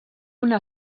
una